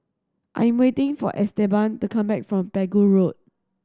I'm waiting for Esteban to come back from Pegu Road